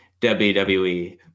WWE